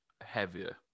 heavier